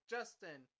Justin